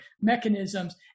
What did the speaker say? mechanisms